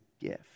gift